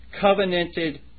covenanted